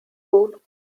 board